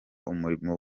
umurimo